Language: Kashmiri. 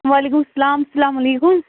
وعلیکُم سَلام اسلام علیکُم